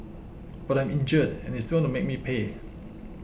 but I'm injured and they still want to make me pay